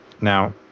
Now